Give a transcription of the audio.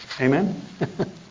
Amen